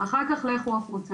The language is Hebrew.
אחר כך לכו החוצה.